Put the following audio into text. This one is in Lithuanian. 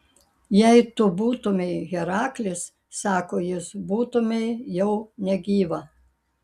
jei tu būtumei heraklis sako jis būtumei jau negyva